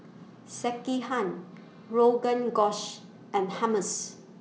Sekihan Rogan Gosh and Hummus